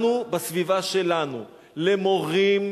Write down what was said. לנו, בסביבה שלנו, למורים,